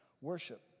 worship